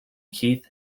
keith